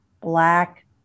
Black